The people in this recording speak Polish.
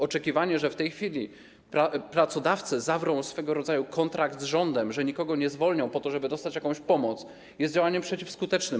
Oczekiwanie, że w tej chwili pracodawcy zawrą swego rodzaju kontrakt z rządem, że nikogo nie zwolnią, po to, żeby dostać jakąś pomoc, jest działaniem zupełnie przeciwskutecznym.